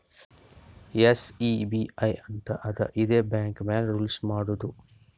SEBI ಅಂತ್ ಅದಾ ಇದೇ ಬ್ಯಾಂಕ್ ಮ್ಯಾಲ ರೂಲ್ಸ್ ಮಾಡ್ತುದ್